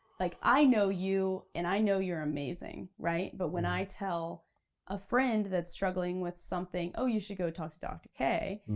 like i know you, and i know you're amazing, right, but when i tell a friend that's struggling with something, oh you should go talk to dr. k,